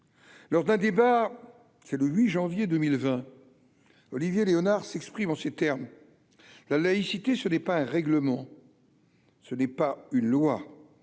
lors d'un débat, c'est le 8 janvier 2020 Olivier Léonard s'exprime en ces termes : la laïcité, ce n'est pas un règlement ce n'est pas une loi,